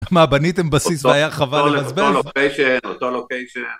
מה, בניתם בסיס והיה חבל לבזבז? אותו לוקיישן, אותו לוקיישן.